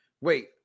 Wait